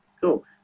Cool